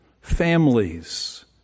families